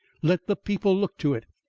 let the people look to it!